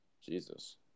Jesus